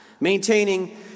maintaining